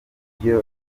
niryo